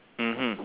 mmhmm